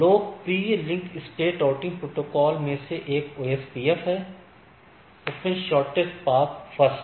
लोकप्रिय link state routing protocol में से एक OSPF है ओपन शॉर्टेस्ट पाथ फर्स्ट